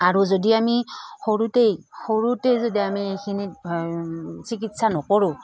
আৰু যদি আমি সৰুতেই সৰুতেই যদি আমি এইখিনি চিকিৎসা নকৰোঁ